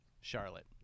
Charlotte